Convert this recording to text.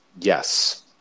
Yes